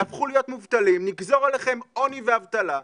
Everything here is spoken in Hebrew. תהפכו להיות מובטלים, נגזור עליכם עוני ואבטלה.